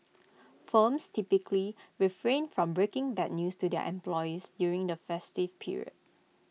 firms typically refrain from breaking bad news to their employees during the festive period